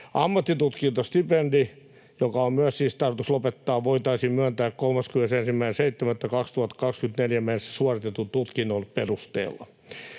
Ammattitutkintostipendi, joka on myös siis tarkoitus lopettaa, voitaisiin myöntää 31.7.2024 mennessä suoritetun tutkinnon perusteella.